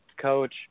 coach